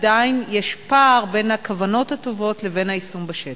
עדיין יש פער בין הכוונות הטובות לבין היישום בשטח.